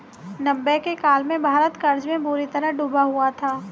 नब्बे के काल में भारत कर्ज में बुरी तरह डूबा हुआ था